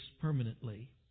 permanently